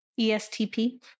ESTP